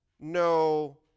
no